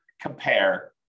compare